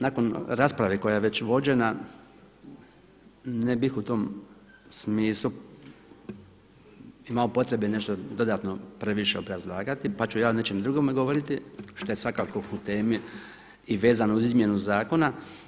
Nakon rasprave koja je već vođena, ne bih u tom smislu imao potrebe nešto dodatno previše obrazlagati pa ću ja o nečem drugom govoriti što je svakako u temi i vezano uz izmjenu zakona.